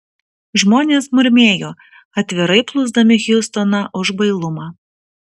žmonės murmėjo atvirai plūsdami hiustoną už bailumą